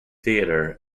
theatre